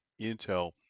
Intel